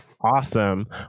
Awesome